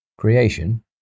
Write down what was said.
creation